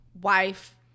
wife